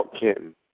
Canton